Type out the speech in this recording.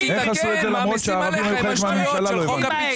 למרות שהערבים היו חלק מהממשלה.